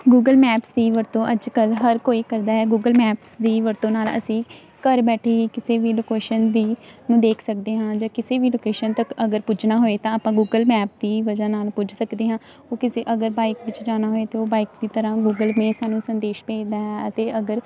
Google Maps ਦੀ ਵਰਤੋਂ ਅੱਜ ਕੱਲ੍ਹ ਹਰ ਕੋਈ ਕਰਦਾ ਹੈ ਗੂਗਲ ਮੈਪਸ ਦੀ ਵਰਤੋਂ ਨਾਲ ਅਸੀਂ ਘਰ ਬੈਠੇ ਕਿਸੇ ਵੀ ਲੋਕੇਸ਼ਨ ਦੀ ਨੂੰ ਦੇਖ ਸਕਦੇ ਹਾਂ ਜਾਂ ਕਿਸੇ ਵੀ ਲੋਕੇਸ਼ਨ ਤੱਕ ਅਗਰ ਪੁੱਜਣਾ ਹੋਵੇ ਤਾਂ ਆਪਾਂ ਗੂਗਲ ਮੈਪ ਦੀ ਵਜ੍ਹਾ ਨਾਲ ਪੁੱਜ ਸਕਦੇ ਹਾਂ ਉਹ ਕਿਸੇ ਅਗਰ ਬਾਇਕ ਵਿੱਚ ਜਾਣਾ ਹੋਵੇ ਤਾਂ ਉਹ ਬਾਈਕ ਦੀ ਤਰ੍ਹਾਂ ਗੂਗਲ ਮੇਂ ਸਾਨੂੰ ਸੰਦੇਸ਼ ਭੇਜਦਾ ਹੈ ਅਤੇ ਅਗਰ